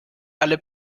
alle